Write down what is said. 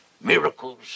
miracles